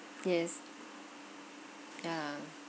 yes yeah